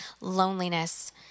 loneliness